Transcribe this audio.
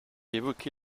évoqué